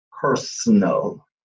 personal